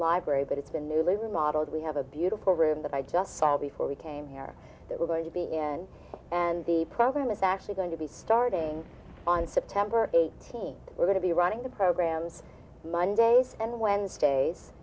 library but it's been newly remodeled we have a beautiful room that i just saw before we came here that we're going to be and and the program is actually going to be starting on september eighteenth we're going to be running the programs mondays and wednesdays